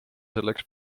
selleks